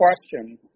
question